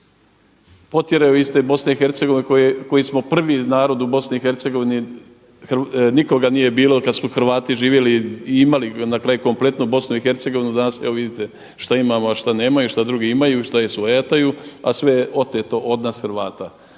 potjeraju iz te BiH koji smo prvi narod u BiH, nikoga nije bilo kada su Hrvati živjeli i imali na kraju kompletnu BiH. Danas evo vidite šta imamo, a šta nemamo, šta drugi imaju, šta svojataju a sve je oteto od nas Hrvata,